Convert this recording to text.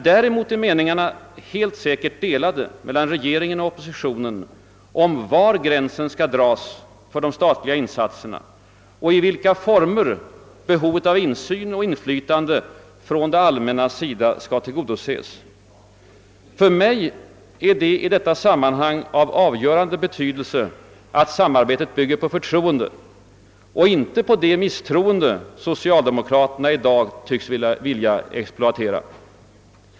Däremot är meningarna helt säkert delade mellan regeringen och oppositionen om var gränsen skall dragas för de statliga insatserna och i vilka former behovet av insyn och inflytande från det allmännas sida skall tillgodoses. För mig är det i detta sammanhang av avgörande betydelse att samarbetet bygger på förtroende och inte på det misstroende som socialdemokraterna i dag tycks vilja exploatera.